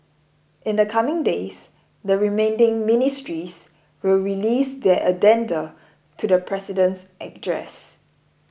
in the coming days the remaining ministries will release their addenda to the President's address